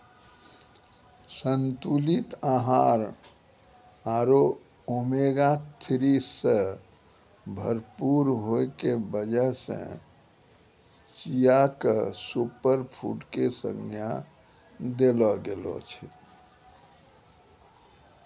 संतुलित आहार आरो ओमेगा थ्री सॅ भरपूर होय के वजह सॅ चिया क सूपरफुड के संज्ञा देलो गेलो छै